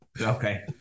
Okay